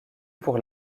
pour